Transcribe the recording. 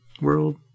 world